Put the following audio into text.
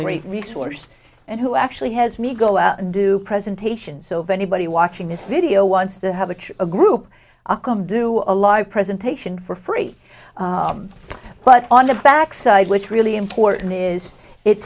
great resource and who actually has me go out and do presentations so if anybody watching this video wants to have a group come do a live presentation for free but on the backside which really important is it